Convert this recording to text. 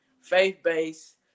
faith-based